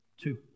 Two